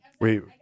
Wait